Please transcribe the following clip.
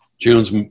June's